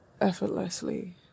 effortlessly